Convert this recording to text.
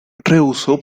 rehusó